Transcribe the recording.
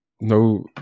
no